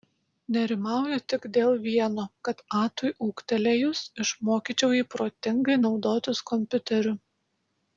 nerimauju tik dėl vieno kad atui ūgtelėjus išmokyčiau jį protingai naudotis kompiuteriu